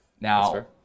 now